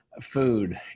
food